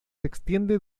extiende